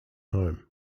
home